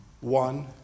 one